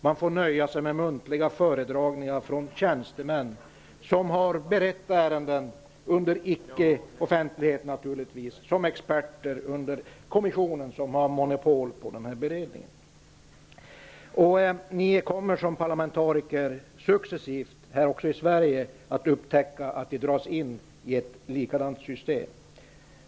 Man får nöja sig med muntliga föredragningar från tjänstemän som har berett ärendet -- under icke offentlighet naturligtvis -- som experter under kommissionen, som har monopol på beredningen. Ni kommer som parlamentariker successivt också i Sverige att upptäcka att ni dras in i ett likadant system.